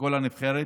מכל הנבחרת.